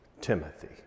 Timothy